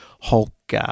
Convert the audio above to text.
Hulk